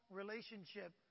relationship